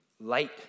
light